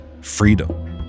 freedom